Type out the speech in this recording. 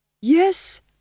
Yes